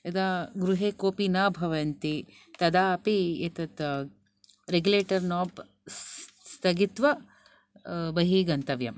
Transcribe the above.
यदा गृहे कोऽपि न भवन्ति तदा अपि एतत् रेगुलेटर् नोब् स्थगित्वा बहिः गन्तव्यम्